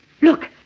Look